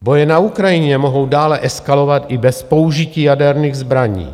Boje na Ukrajině mohou dále eskalovat i bez použití jaderných zbraní.